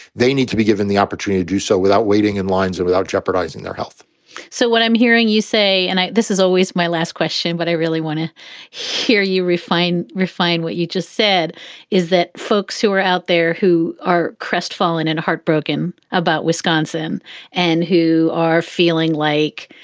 they need to be given the opportunity to do so without waiting in lines and without jeopardizing their health so what i'm hearing you say, and this is always my last question, but i really want to hear you refine. refine what you just said is that folks who are out there who are crestfallen and heartbroken about wisconsin and who are feeling like